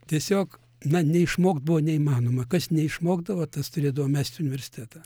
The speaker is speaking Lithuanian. tiesiog na neišmokt buvo neįmanoma kas neišmokdavo tas turėdavo mesti universitetą